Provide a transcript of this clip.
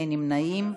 אין נמנעים.